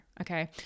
Okay